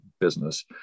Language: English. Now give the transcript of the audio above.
business